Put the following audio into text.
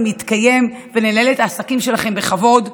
להתקיים ולנהל את העסקים שלכם בכבוד.